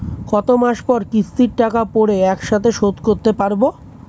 কত মাস পর কিস্তির টাকা পড়ে একসাথে শোধ করতে পারবো?